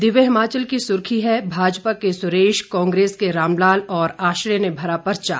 दिव्य हिमाचल की सुर्खी है भाजपा के सुरेश कांग्रेस के रामलाल और आश्रय ने भरा परचा